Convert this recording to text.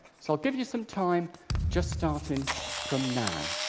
so i'll give you some time just starting from now.